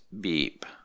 Beep